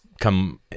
come